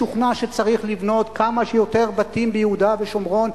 משוכנע שצריך לבנות כמה שיותר בתים ביהודה ושומרון,